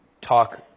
talk